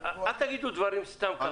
אל תגידו דברים סתם כך.